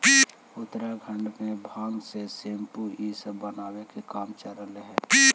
उत्तराखण्ड में भाँग से सेम्पू इ सब बनावे के काम चलित हई